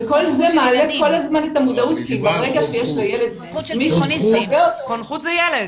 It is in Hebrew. וכל זה מעלה כל הזמן מודעות --- חונכות זה ילד.